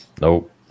Nope